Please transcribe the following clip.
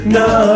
no